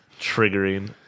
Triggering